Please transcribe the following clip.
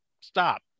stop